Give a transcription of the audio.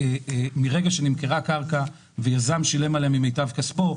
מרגע שנמכרה הקרקע ויזם שילם עליה ממיטב כספו,